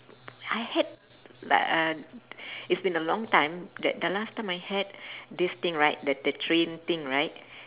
I had like uh it's been a long time that the last time I had this thing right the the train thing right